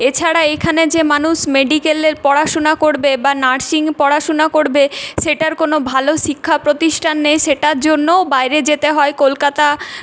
এছাড়া এইখানে যে মানুষ মেডিকেলের পড়াশোনা করবে বা নার্সিং পড়াশোনা করবে সেটার কোনো ভালো শিক্ষা প্রতিষ্ঠান নেই সেটার জন্যও বাইরে যেতে হয় কলকাতা